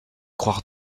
croire